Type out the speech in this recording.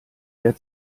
der